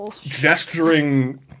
gesturing